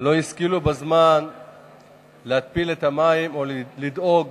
לא השכילו להתפיל מים או לדאוג